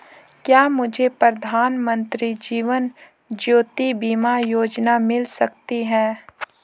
क्या मुझे प्रधानमंत्री जीवन ज्योति बीमा योजना मिल सकती है?